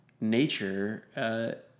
nature